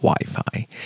wi-fi